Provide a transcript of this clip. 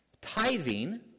Tithing